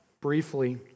briefly